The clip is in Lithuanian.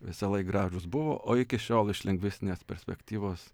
visąlaik gražūs buvo o iki šiol iš lingvistinės perspektyvos